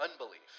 unbelief